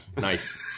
Nice